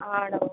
ആണോ